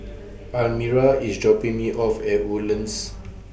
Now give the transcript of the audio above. Almira IS dropping Me off At Woodlands